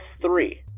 three